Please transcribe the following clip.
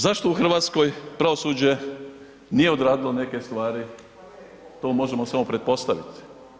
Zašto u Hrvatskoj pravosuđe nije odradilo neke stvari, to možemo samo pretpostaviti.